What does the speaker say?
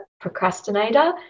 procrastinator